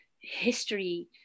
history